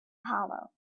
hollow